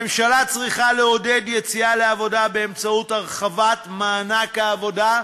הממשלה צריכה לעודד יציאה לעבודה באמצעות הרחבת מענק העבודה,